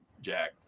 Jack